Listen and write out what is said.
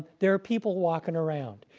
there are people walking around.